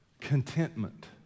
contentment